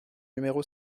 numéro